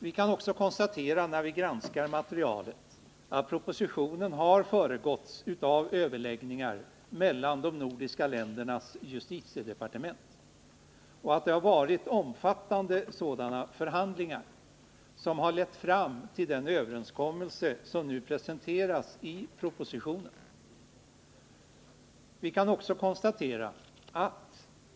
Vi kan när vi granskar materialet konstatera att propositionen har föregåtts av överläggningar mellan de nordiska ländernas justitiedepartement och att det har förts omfattande sådana förhandlingar som lett fram till en överenskommelse som nu presenteras i propositionen.